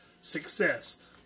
Success